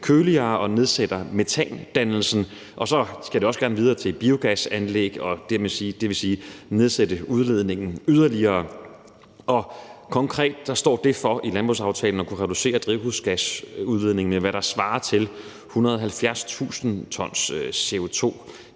køligere, og det nedsætter metandannelsen, og så skal det også gerne videre til biogasanlæg, og det vil nedsætte udledningen yderligere. Konkret står det i landbrugsaftalen til at kunne reducere drivhusgasudledningen med, hvad der svarer til 170.000 t CO2